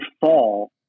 fall